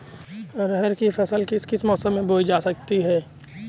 अरहर की फसल किस किस मौसम में बोई जा सकती है?